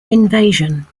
invasion